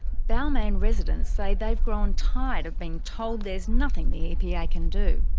balmain residents say they've grown tired of being told there is nothing the epa can do.